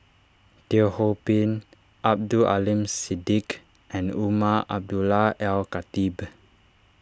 Teo Ho Pin Abdul Aleem Siddique and Umar Abdullah Al Khatib